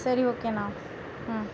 சரி ஓகேண்ணா ம்